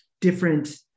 different